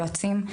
יועצים,